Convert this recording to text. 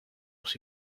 was